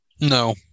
No